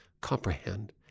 comprehend